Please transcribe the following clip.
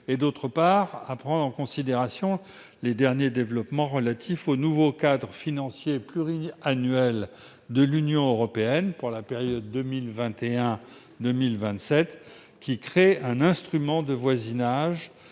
et, d'autre part, à prendre en considération les derniers développements relatifs au nouveau cadre financier pluriannuel de l'Union européenne pour 2021-2027, lequel crée un instrument de voisinage,